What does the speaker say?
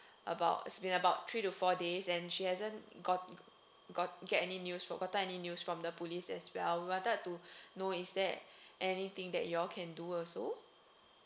about it's been about three to four days she and hasn't got got get any any gotten any news from the police as well we wanted to know is there anything that you all can do also